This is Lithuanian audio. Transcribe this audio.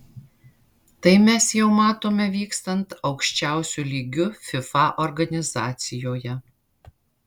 tai mes jau matome vykstant aukščiausiu lygiu fifa organizacijoje